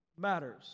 matters